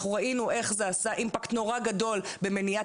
אנחנו ראינו איך זה עשה אימפקט נורא גדול במניעת